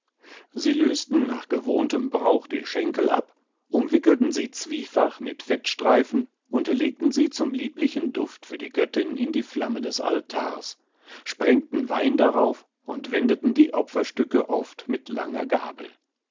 sie lösten nach gewohntem brauch die schenkel ab umwickelten sie zwiefach mit fettstreifen und legten sie zum lieblichen duft für die göttin in die flamme des altars sprengten wein darauf und wendeten die opferstücke oft mit langer gabel